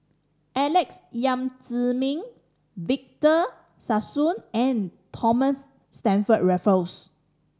Alex Yam Ziming Victor Sassoon and Thomas Stamford Raffles